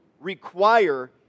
require